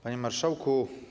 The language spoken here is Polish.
Panie Marszałku!